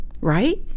right